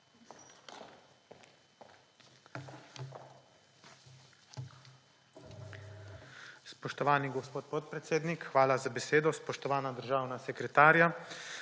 Spoštovani gospod podpredsednik, hvala za besedo. Spoštovana državna sekretarja,